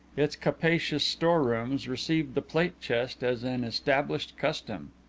its capacious storerooms received the plate-chest as an established custom.